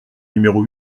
numéro